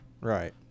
Right